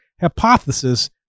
hypothesis